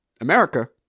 America